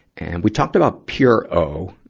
and we talked about pure o,